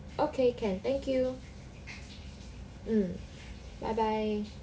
okay can thank you mm bye bye